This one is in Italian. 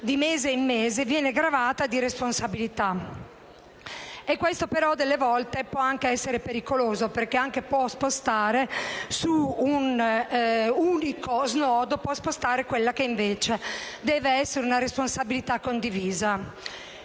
di mese in mese, gravata di responsabilità. Tuttavia, alle volte ciò può anche essere pericoloso, perché può spostare su un unico snodo quella che invece deve essere una responsabilità condivisa.